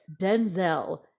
Denzel